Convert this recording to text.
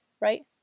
Right